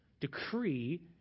decree